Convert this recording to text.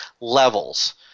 levels